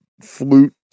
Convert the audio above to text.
flute